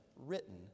written